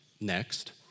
next